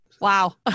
Wow